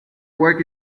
work